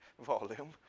volume